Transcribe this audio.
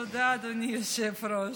תודה, אדוני היושב-ראש,